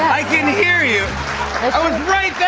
i can hear you. i was right there!